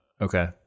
Okay